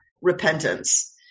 repentance